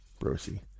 Rosie